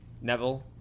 Neville